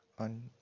On